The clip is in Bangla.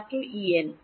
ছাত্র ই এন